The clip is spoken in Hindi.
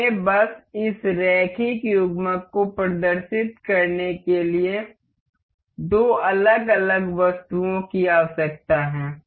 हमें बस इस रैखिक युग्मक को प्रदर्शित करने के लिए दो अलग अलग वस्तुओं की आवश्यकता है